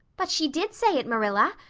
but she did say it, marilla.